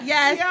Yes